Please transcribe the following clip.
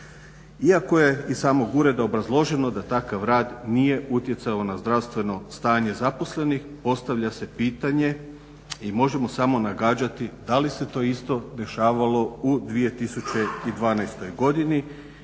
Iako je iz samog ureda obrazloženo da takav rad nije utjecao na zdravstveno stanje zaposlenih postavlja se pitanje i možemo samo nagađati da li se to isto dešavalo u 2012. godini